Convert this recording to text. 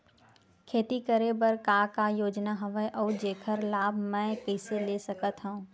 खेती करे बर का का योजना हवय अउ जेखर लाभ मैं कइसे ले सकत हव?